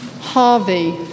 Harvey